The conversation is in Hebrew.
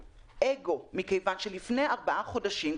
מכיוון שלפני ארבעה חודשים,